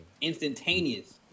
Instantaneous